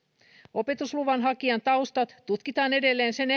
opetusluvan hakijan taustat tutkitaan edelleen sen